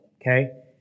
okay